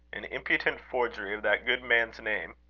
an impudent forgery of that good man's name!